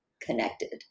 connected